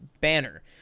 banner